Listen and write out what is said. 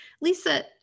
Lisa